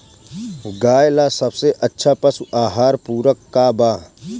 गाय ला सबसे अच्छा पशु आहार पूरक का बा?